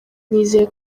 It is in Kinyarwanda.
nizeye